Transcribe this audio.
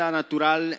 natural